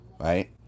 right